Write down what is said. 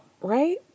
Right